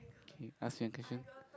okay ask me a question